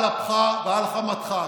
על אפך ועל חמתך,